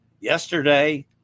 yesterday